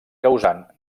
causant